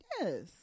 Yes